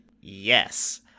Yes